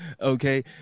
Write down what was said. okay